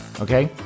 okay